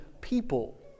people